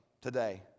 today